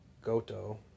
Goto